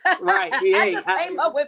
right